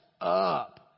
up